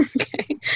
okay